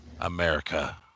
America